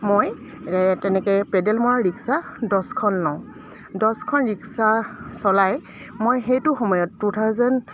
মই তেনেকৈ পেডেল মৰা ৰিক্সা দহখন লওঁ দহখন ৰিক্সা চলাই মই সেইটো সময়ত টু থাউজেণ্ড